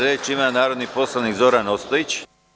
Reč ima narodni poslanik Zoran Ostojić.